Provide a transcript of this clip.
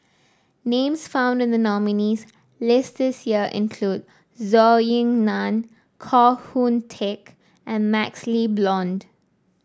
names found in the nominees' list this year include Zhou Ying Nan Koh Hoon Teck and MaxLe Blond